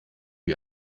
wie